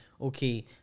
okay